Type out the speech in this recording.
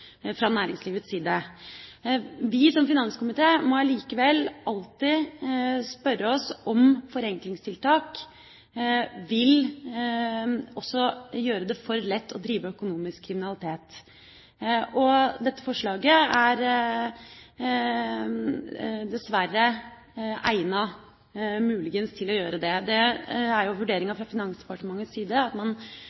fra næringslivets side. Vi som finanskomité må allikevel alltid spørre oss om forenklingstiltak også vil gjøre det for lett å drive økonomisk kriminalitet. Dette forslaget er dessverre egnet – muligens – til å gjøre det. Det er jo